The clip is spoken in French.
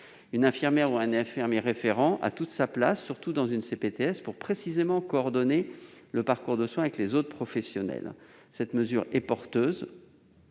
Une infirmière ou un infirmier référent a toute sa place dans une CPTS, précisément pour coordonner le parcours de soins avec les autres professionnels ! Cette mesure permettrait